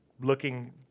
looking –